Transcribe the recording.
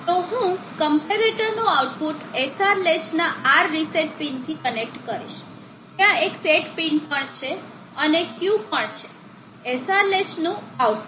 તો હું ક્મ્પેરેટર નું આઉટપુટ SR લેચના R રીસેટ પિનથી કનેક્ટ કરીશ ત્યાં એક સેટ પિન પણ છે અને Q પણ છે SR લેચનું આઉટપુટ